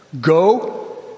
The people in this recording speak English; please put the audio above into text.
go